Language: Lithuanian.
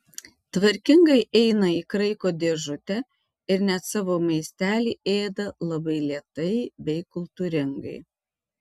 tvarkingai eina į kraiko dėžutę ir net savo maistelį ėda labai lėtai bei kultūringai